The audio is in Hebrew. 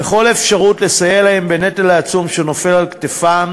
וכל אפשרות לסייע להן בנטל העצום שנופל על כתפן,